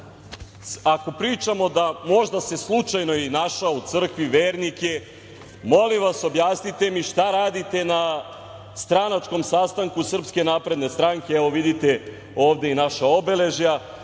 ako pričamo da možda se slučajno i našao u crkvi, vernik je, molim vas objasnite mi šta radite na stranačkom sastanku SNS, evo vidite ovde i naša obeležja,